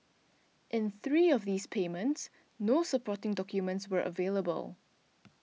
in three of these payments no supporting documents were available